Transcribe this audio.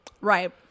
Right